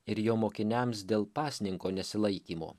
ir jo mokiniams dėl pasninko nesilaikymo